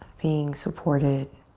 being supported,